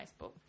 Facebook